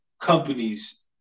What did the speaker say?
companies